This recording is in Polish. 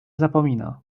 zapomina